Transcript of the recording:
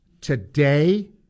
today